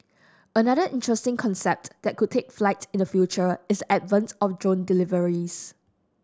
another interesting concept that could take flight in the future is the advent of drone deliveries